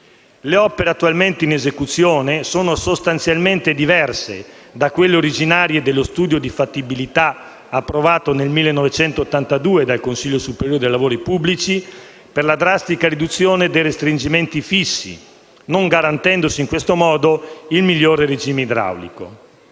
Le opere attualmente in esecuzione sono sostanzialmente diverse da quelle originarie dello studio di fattibilità approvato nel 1982 dal Consiglio superiore dei lavori pubblici per la drastica riduzione dei restringimenti fissi, non garantendosi in questo modo il migliore regime idraulico.